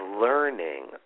learning